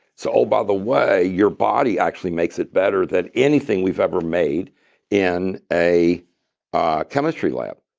so oh, by the way, your body actually makes it better than anything we've ever made in a ah chemistry lab.